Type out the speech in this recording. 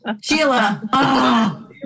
Sheila